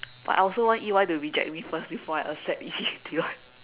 but I also want E_Y to reject me first before I accept Deloitte